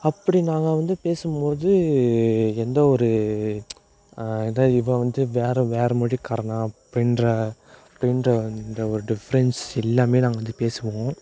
அப்படி நாங்கள் வந்து பேசும்மோது எந்த ஒரு இதோ இவன் வந்து வேற வேற மொழிக்காரனா அப்படின்ற அப்படின்ற அந்த ஒரு டிஃப்ரென்ஸ் இல்லாம நாங்கள் வந்து பேசுவோம்